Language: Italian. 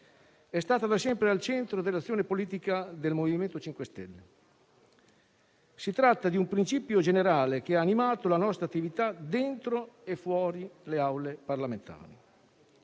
è stata da sempre al centro dell'azione politica del MoVimento 5 Stelle. Si tratta di un principio generale che ha animato la nostra attività dentro e fuori le aule parlamentari.